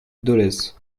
dolez